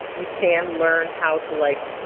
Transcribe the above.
you can learn how to, like,